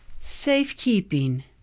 Safekeeping